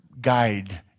guide